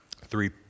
Three